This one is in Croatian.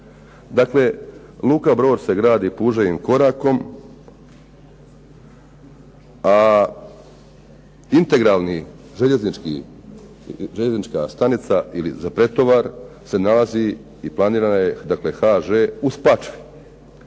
Dakle, luka "Brod" se gradi puževim korakom, a integralni željeznički, željeznička stanica ili za pretovar se nalazi i planirana je dakle HŽ u Spačvi.